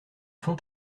font